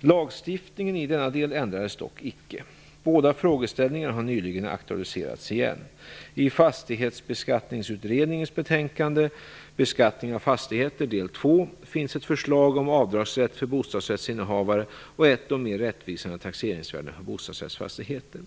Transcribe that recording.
Lagstiftningen i denna del ändrades dock inte. Båda frågeställningarna har nyligen aktualiserats igen. I 1994:57, Beskattning av fastigheter, del II, finns ett förslag om avdragsrätt för bostadsrättsinnehavare och ett om mer rättvisande taxeringsvärden på bostadsrättsfastigheter.